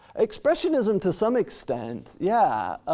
expressionism to some extent, yeah,